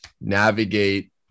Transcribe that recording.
navigate